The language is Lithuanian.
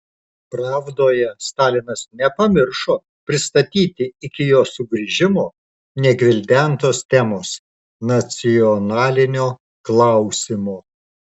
pravdoje stalinas nepamiršo pristatyti iki jo sugrįžimo negvildentos temos nacionalinio klausimo